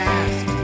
ask